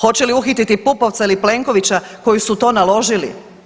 Hoće li uhititi Pupovca ili Plenkovića koji su to naložili?